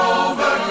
over